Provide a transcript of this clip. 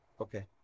Okay